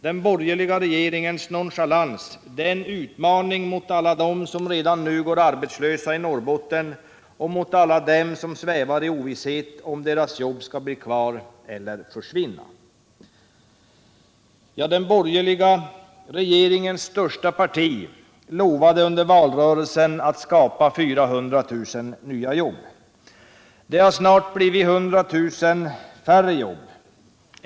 Den borgerliga regeringens nonchalans är en utmaning mot alla dem som redan nu går arbetslösa i Norrbotten och mot alla dem som svävar i ovisshet, om deras jobb skall bli kvar eller försvinna. Den borgerliga regeringens största parti lovade under valrörelsen att skapa 400 000 jobb. Det har snart blivit 100 000 färre jobb.